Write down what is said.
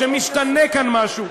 שמשתנה כאן משהו.